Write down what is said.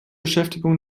beschäftigung